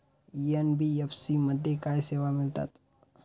NBFC मध्ये काय सेवा मिळतात?